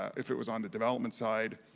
if it was on the development side.